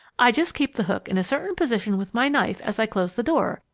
i just keep the hook in a certain position with my knife, as i close the door,